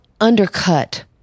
undercut